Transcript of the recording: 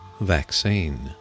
vaccine